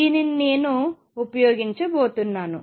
దీనిని నేను నేను ఉపయోగించబోతున్నాను